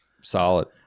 solid